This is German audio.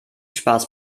spaß